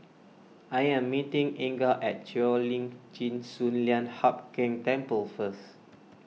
I am meeting Inga at Cheo Lim Chin Sun Lian Hup Keng Temple first